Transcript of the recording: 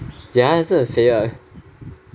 ya 还是很肥的